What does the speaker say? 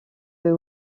peut